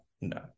no